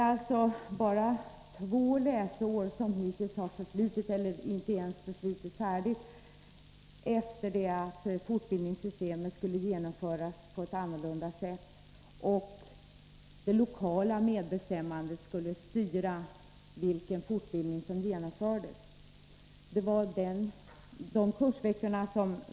Inte ens två läsår har gått till ända sedan det beslutats om ett nytt fortbildningssystem, varvid det lokala medbestämmandet skulle avgöra vilken typ av fortbildning det skulle bli fråga om.